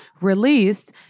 released